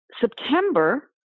September